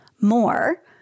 more